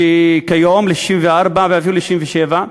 כיום, ל-64, ואפילו ל-67?